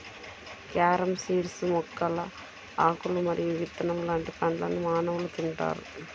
carom seeds మొక్కల ఆకులు మరియు విత్తనం లాంటి పండ్లను మానవులు తింటారు